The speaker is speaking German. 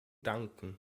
danken